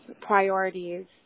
priorities